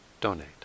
donate